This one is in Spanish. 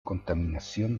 contaminación